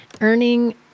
Earning